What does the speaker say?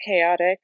chaotic